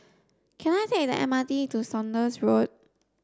can I take the M R T to Saunders Road